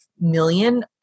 million